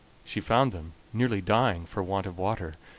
she found them nearly dying for want of water,